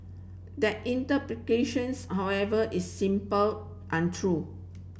that interpretations however is simple untrue